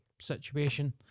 situation